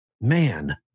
man